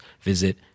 visit